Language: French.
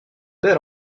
belle